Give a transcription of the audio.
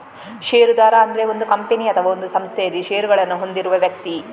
ಷೇರುದಾರ ಅಂದ್ರೆ ಒಂದು ಕಂಪನಿ ಅಥವಾ ಒಂದು ಸಂಸ್ಥೆನಲ್ಲಿ ಷೇರುಗಳನ್ನ ಹೊಂದಿರುವ ವ್ಯಕ್ತಿ